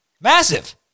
massive